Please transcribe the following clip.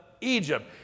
Egypt